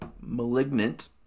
Malignant